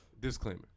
Disclaimer